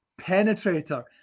penetrator